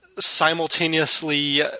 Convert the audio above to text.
simultaneously